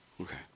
Okay